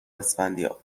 اسفندیار